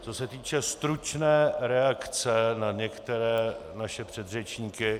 Co se týče stručné reakce na některé naše předřečníky.